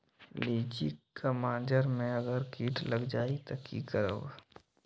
लिचि क मजर म अगर किट लग जाई त की करब?